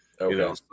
Okay